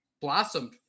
blossomed